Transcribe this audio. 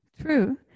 True